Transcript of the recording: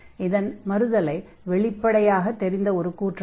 இதன் மறுதலை வெளிப்படையாகத் தெரிந்த ஒரு கூற்றாகும்